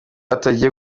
atagiye